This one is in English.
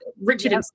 Richard